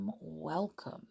welcome